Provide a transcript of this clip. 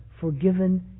forgiven